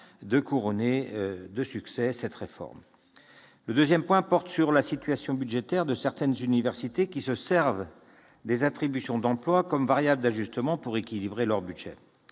de couronner cette réforme de succès. Le deuxième point porte sur la situation budgétaire de certaines universités, qui se servent des attributions d'emplois comme variable d'ajustement pour équilibrer leurs budgets.